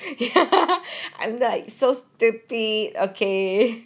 I like so stupid okay